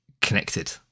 connected